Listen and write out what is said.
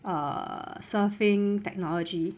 err surfing technology